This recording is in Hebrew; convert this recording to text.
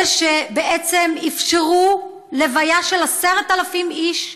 אלה שבעצם אפשרו לוויה של 10,000 איש,